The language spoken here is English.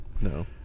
No